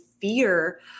fear